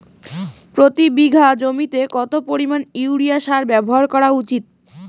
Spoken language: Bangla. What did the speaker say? প্রতি বিঘা জমিতে কত পরিমাণ ইউরিয়া সার ব্যবহার করা উচিৎ?